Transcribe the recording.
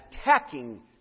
attacking